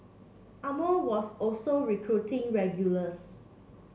Armour was also recruiting regulars